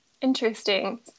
Interesting